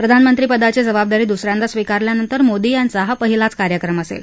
प्रधानमंत्रीपदाची जबाबदारी दुसऱ्यांदा स्वीकारल्यानंतर मोदी यांचा हा पहिलाच कार्यक्रम असेल